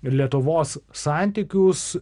ir lietuvos santykius